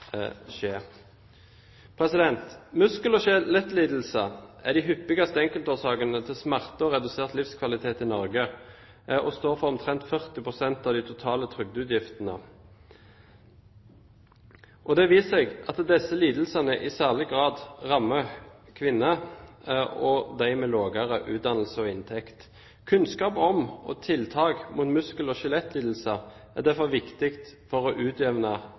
Muskel- og skjelettlidelser er de hyppigste enkeltårsakene til smerte og redusert livskvalitet i Norge og står for omtrent 40 pst. av de totale trygdeutgiftene. Det har vist seg at disse lidelsene i særlig grad rammer kvinner og dem med lavere utdannelse og inntekt. Kunnskap om og tiltak mot muskel- og skjelettlidelser er derfor viktig for å utjevne